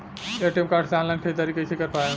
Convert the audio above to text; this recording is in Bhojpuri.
ए.टी.एम कार्ड से ऑनलाइन ख़रीदारी कइसे कर पाएम?